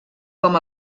com